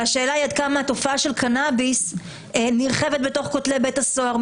והשאלה היא: עד כמה תופעה של קנאביס נרחבת בתוך כותלי בתי סוהר?